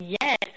Yes